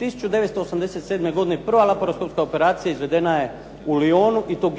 1987. godine prva laparoskopska operacija izvedena je u Lionu i to